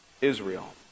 Israel